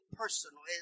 personal